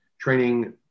training